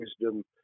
wisdom